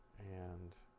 and